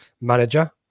manager